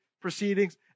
proceedings